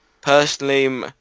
Personally